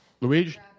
Luigi